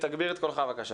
שלום.